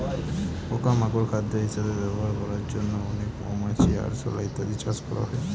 পোকা মাকড় খাদ্য হিসেবে ব্যবহার করার জন্য অনেক মৌমাছি, আরশোলা ইত্যাদি চাষ করা হয়